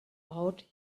out